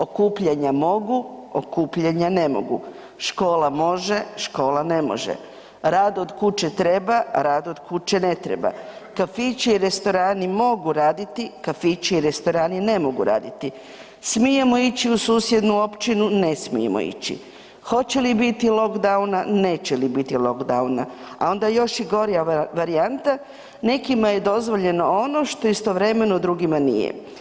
Okupljanja mogu, okupljanja ne mogu, škola može, škola ne može, rad od kuće treba, rad od kuće ne treba, kafići i restorani mogu raditi, kafići i restorani ne mogu raditi, smijemo ići u susjednu općinu, ne smijemo ići, hoće li biti lockdowna neće li biti lockdowna, a onda još i gorja varijanta, nekima je dozvoljeno ono što istovremeno drugima nije.